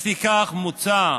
לפיכך מוצע,